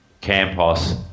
Campos